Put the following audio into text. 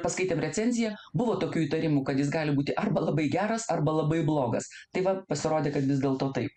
paskaitėm recenziją buvo tokių įtarimų kad jis gali būti arba labai geras arba labai blogas tai vat pasirodė kad vis dėlto taip